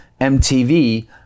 MTV